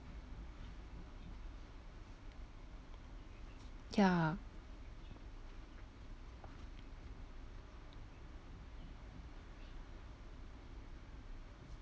ya